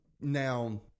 now